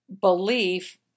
belief